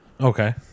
Okay